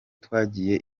twagiye